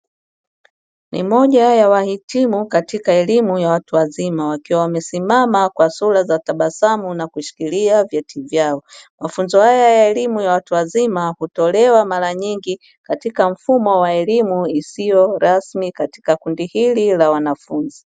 Ni moja ya wahitimu katika elimu ya watu wazima wamesimama kwa sura za tabasamu na kushikilia vyeti vyao, mafunzo haya ya elimu ya watu wazima hutolewa mara nyingi katika mfumo wa elimu isiyo rasmi katika kundi hili la wanafunzi.